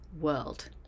world